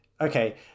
Okay